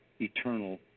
eternal